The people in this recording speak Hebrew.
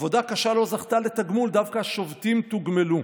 עבודה קשה לא זכתה לתגמול, דווקא השובתים תוגמלו.